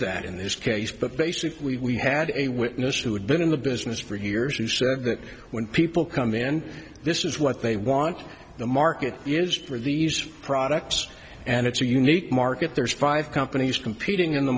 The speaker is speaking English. that in this case but basically we had a witness who had been in the business for years who said that when people come in this is what they want the market used for these products and it's a unique market there's five companies competing in the